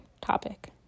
topic